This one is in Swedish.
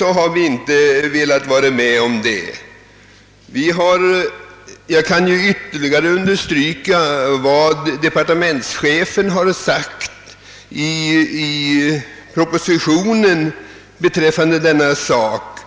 har vi emellertid inte velat ansluta oss till reservanternas uppfattning. Jag kan dessutom understryka vad departementschefen framhållit i propositionen beträffande denna sak.